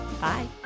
Bye